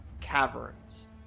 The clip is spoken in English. Caverns